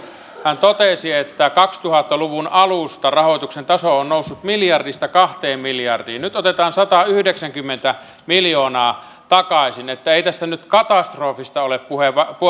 hän totesi että kaksituhatta luvun alusta rahoituksen taso on noussut miljardista kahteen miljardiin nyt otetaan satayhdeksänkymmentä miljoonaa takaisin ei tässä nyt katastrofista ole